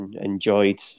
enjoyed